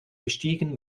bestiegen